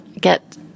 get